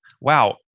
Wow